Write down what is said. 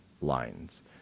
lines